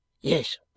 Yes